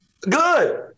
Good